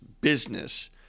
business